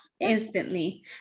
instantly